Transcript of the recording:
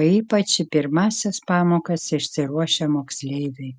o ypač į pirmąsias pamokas išsiruošę moksleiviai